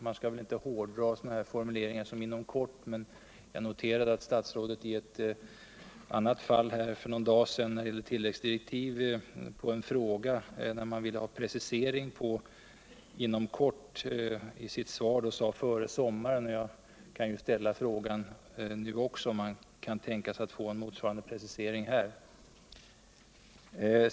Man skall väl inte hårdra sådana formuleringar som ”inom kort”, men jag noterade att statsrådet i ett annat fall för någon dag sedan, då det gällde ulläggsdirektiv och man ville ha en precisering av uttrycket "inom kort”, i sitt svar sade ”före sommaren”. Jag kan ju fråga om det är möjligt att nu också få en motsvarande precisering.